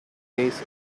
days